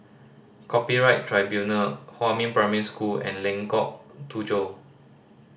Copyright Tribunal Huamin Primary School and Lengkok Tujoh